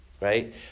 right